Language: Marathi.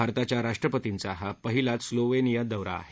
भारताच्या राष्ट्रपर्तींचा हा पहिलाच स्लोवानियात दौरा आहे